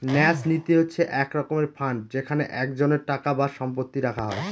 ন্যাস নীতি হচ্ছে এক রকমের ফান্ড যেখানে একজনের টাকা বা সম্পত্তি রাখা হয়